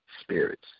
spirits